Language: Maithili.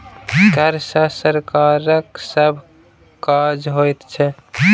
कर सॅ सरकारक सभ काज होइत छै